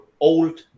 old